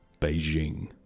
Beijing